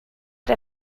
der